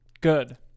Good